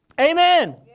Amen